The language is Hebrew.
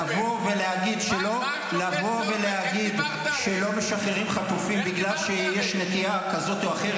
לבוא ולהגיד שלא משחררים חטופים בגלל שיש נטייה כזאת או אחרת,